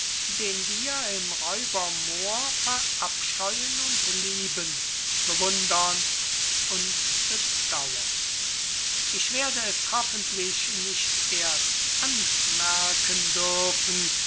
den wir im räuber moor verabscheuen und lieben bewundern und bedauern ich werde es hoffentlich nicht erst anmerken dörfen